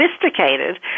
sophisticated